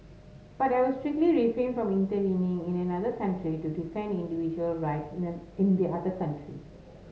but I would strictly refrain from intervening in another country to defend individual rights in a in the other country